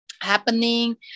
happening